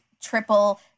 triple